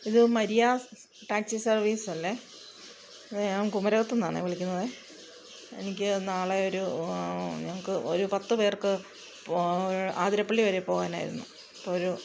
ഇത് മര്യാസ് ടാക്സി സർവീസല്ലെ ഇത് ഞാൻ കുമരകത്തൂന്നാന്നെ വിളിക്കുന്നതെ എനിക്ക് നാളെയൊരു ഞങ്ങള്ക്ക് ഒരു പത്തുപേർക്ക് പോ ആതിരപ്പള്ളിവരെ പോവാനായിരുന്നു അപ്പോഴൊരു